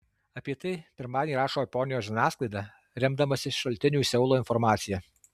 apie tai pirmadienį rašo japonijos žiniasklaida remdamasi šaltinių iš seulo informacija